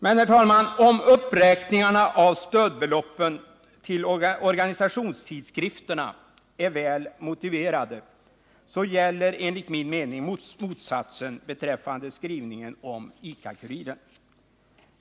Men, herr talman, om uppräkningarna av stödbeloppen till organisationstidskrifterna är väl motiverade så gäller enligt min mening motsatsen beträffande skrivningen om ICA-Kuriren.